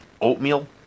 oatmeal